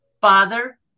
Father